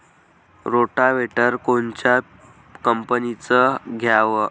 Rotavator कोनच्या कंपनीचं घ्यावं?